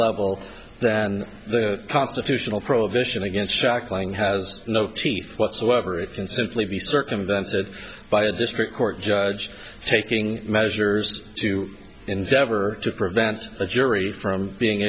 level than the constitutional prohibition against shackling has no teeth whatsoever it instantly be circumvented by a district court judge taking measures to endeavor to prevent a jury from being